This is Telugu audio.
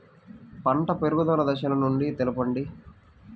పంట పెరుగుదల దశలను తెలపండి?